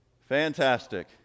fantastic